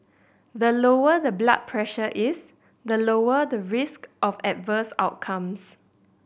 the lower the blood pressure is the lower the risk of adverse outcomes